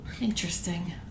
Interesting